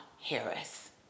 Harris